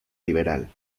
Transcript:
liberal